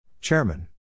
Chairman